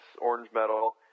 orange-metal